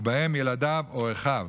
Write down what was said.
ובהם ילדיו או אחיו.